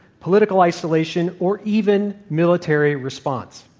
political isolation, or even military response.